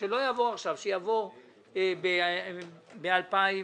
שלא יעבור עכשיו אלא יעבור ב- 2019,